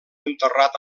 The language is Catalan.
enterrat